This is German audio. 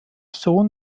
sohn